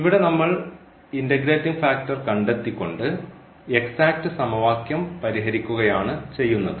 ഇവിടെ നമ്മൾ ഈ ഇൻറഗ്രേറ്റിംഗ് ഫാക്ടർ കണ്ടെത്തികൊണ്ട് എക്സാറ്റ് സമവാക്യം പരിഹരിക്കുകയാണ് ചെയ്യുന്നത്